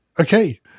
Okay